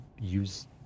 use